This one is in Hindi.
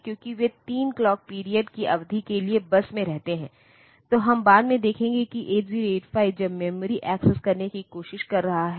जैसा कि मैंने कहा है कि यदि यह लाइन 1 के बराबर है इसका मतलब है कि प्रोसेसर कुछ I O डिवाइस से आने वाले मूल्य की उम्मीद कर रहा है और यदि यह मान 0 है तो यह मेमोरी से आने वाले मूल्य की उम्मीद कर रहा है